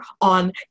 on